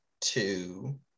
two